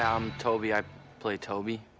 i'm toby, i play toby.